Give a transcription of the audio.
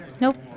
Nope